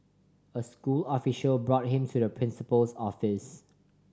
a school official brought him to the principal's office